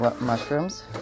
Mushrooms